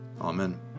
Amen